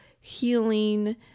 healing